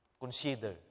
consider